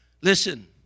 Listen